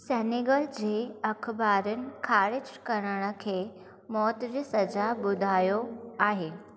Senegal जे अख़बारनि ख़ारिजु करण खे मौत जी सज़ा ॿुधायो आहे